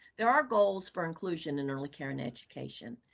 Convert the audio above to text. there are goals for inclusion in early care and education.